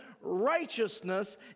righteousness